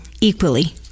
equally